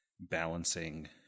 balancing